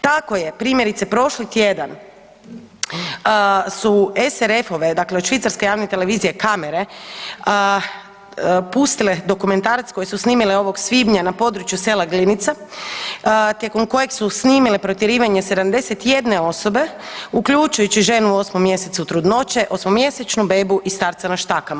Tako je primjerice prošli tjedan su SRF dakle od Švicarske javne televizije kamere pustile dokumentarac koje su snimile ovog svibnja na područje sela Glinica tijekom kojeg su snimile protjerivanje 71 osobe uključujući ženu u 8 mjesecu trudnoće, osmomjesečnu bebu i starca na štakama.